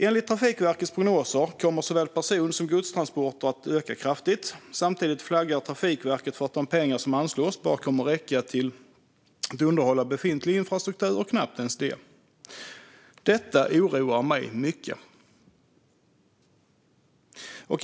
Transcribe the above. Enligt Trafikverkets prognoser kommer såväl persontransporter som godstransporter att öka kraftigt. Samtidigt flaggar Trafikverket för att de pengar som anslås bara kommer att räcka till att underhålla befintlig infrastruktur och knappt ens det. Detta oroar mig mycket.